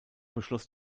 beschloss